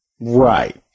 Right